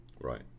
right